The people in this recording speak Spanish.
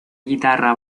guitarra